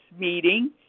meeting